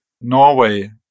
norway